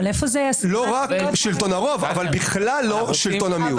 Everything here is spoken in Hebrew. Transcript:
לא רק שלטון הרוב, אבל בכלל לא שלטון המיעוט.